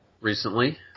recently